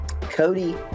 Cody